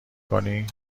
کنی